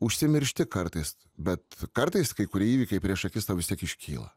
užsimiršti kartais bet kartais kai kurie įvykiai prieš akis tau vis tiek iškyla